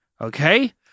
Okay